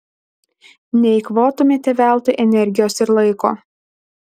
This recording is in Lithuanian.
neeikvotumėte veltui energijos ir laiko